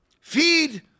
feed